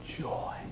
joy